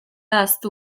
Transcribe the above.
ahaztu